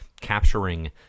capturing